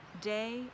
day